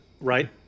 Right